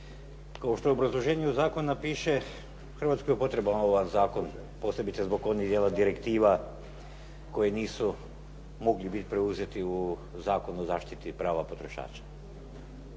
Kao što u obrazloženju zakona piše, Hrvatskoj je potreban ovaj zakon posebice zbog onih … /Govornik se ne razumije./… direktiva koji nisu mogli biti preuzeti u Zakonu o zaštiti prava potrošača.